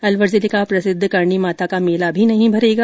अलवर जिले का प्रसिद्ध करणी माता का मेला भी नहीं भरेगा